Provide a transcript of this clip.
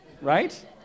right